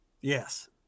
Yes